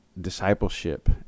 discipleship